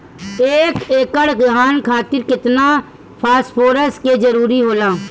एक एकड़ धान खातीर केतना फास्फोरस के जरूरी होला?